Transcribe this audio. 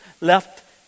left